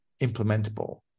implementable